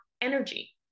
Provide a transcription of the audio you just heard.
energy